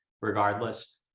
regardless